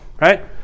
right